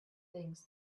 things